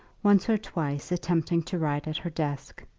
once or twice attempting to write at her desk,